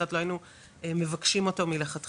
אחרת לא היינו מבקשים אותו מלכתחילה.